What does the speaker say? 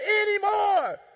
anymore